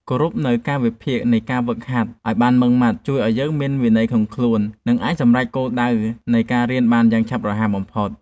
គោរពនូវកាលវិភាគនៃការហ្វឹកហាត់ឱ្យបានម៉ឺងម៉ាត់ជួយឱ្យយើងមានវិន័យក្នុងខ្លួន និងអាចសម្រេចគោលដៅនៃការរៀនបានយ៉ាងឆាប់រហ័សបំផុត។